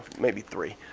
maybe three.